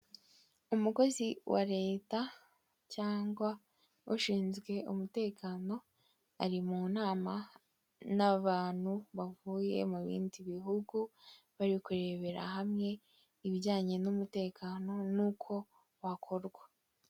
Umukozi wa leta cyangwa ushinzwe umutekano ari mu nama n'abantu bavuye mu bindi bihugu bari kurebera hamwe ibijyanye n'umutekano n'uko wakorwa.